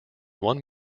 one